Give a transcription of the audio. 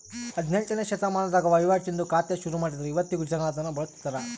ಹದಿನೆಂಟ್ನೆ ಶತಮಾನದಾಗ ವಹಿವಾಟಿಂದು ಖಾತೆ ಶುರುಮಾಡಿದ್ರು ಇವತ್ತಿಗೂ ಜನ ಅದುನ್ನ ಬಳುಸ್ತದರ